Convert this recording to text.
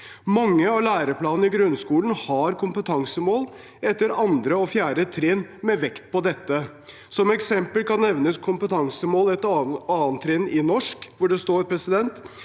Mange av læreplanene i grunnskolen har kompetansemål etter 2. og 4. trinn med vekt på dette. Som eksempel kan nevnes kompetansemål etter 2. trinn i norsk, hvor det står at eleven